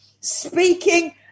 speaking